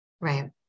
Right